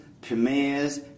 premiers